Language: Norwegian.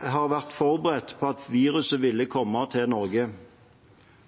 har vært forberedt på at viruset ville komme til Norge.